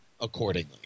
accordingly